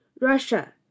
Russia